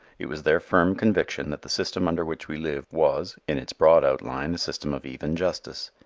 it was their firm conviction that the system under which we live was, in its broad outline, a system of even justice.